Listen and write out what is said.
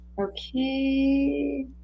okay